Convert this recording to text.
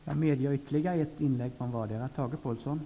Jag medger ytterligare ett inlägg från vardera sidan.